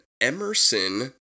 Emerson